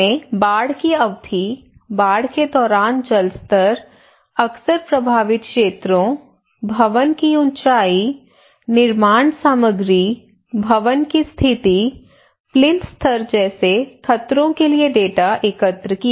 हमने बाढ़ की अवधि बाढ़ के दौरान जल स्तर अक्सर प्रभावित क्षेत्रों भवन की ऊंचाई निर्माण सामग्री भवन की स्थिति प्लिंथ स्तर जैसे खतरों के लिए डेटा एकत्र किया